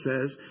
says